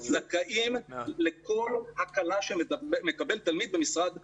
זכאים לכל הקלה שמקבל תלמיד במשרד החינוך,